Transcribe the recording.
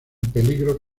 peligro